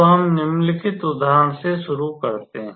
तो हम निम्नलिखित उदाहरण से शुरू करते हैं